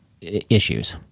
issues